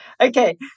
Okay